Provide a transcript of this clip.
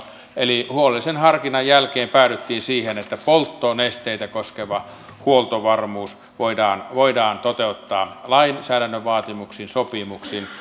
eli huolellisen harkinnan jälkeen päädyttiin siihen että polttonesteitä koskeva huoltovarmuus voidaan voidaan toteuttaa lainsäädännön vaatimuksin sopimuksin